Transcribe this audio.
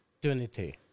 opportunity